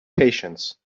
patience